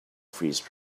freeze